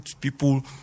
people